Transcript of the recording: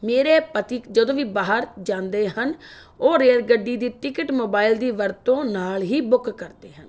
ਮੇਰੇ ਪਤੀ ਜਦੋਂ ਵੀ ਬਾਹਰ ਜਾਂਦੇ ਹਨ ਉਹ ਰੇਲ ਗੱਡੀ ਦੀ ਟਿਕਟ ਮੋਬਾਇਲ ਦੀ ਵਰਤੋਂ ਨਾਲ ਹੀ ਬੁੱਕ ਕਰਦੇ ਹਨ